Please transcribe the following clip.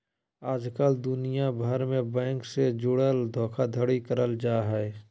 आजकल दुनिया भर मे बैंक से जुड़ल धोखाधड़ी करल जा हय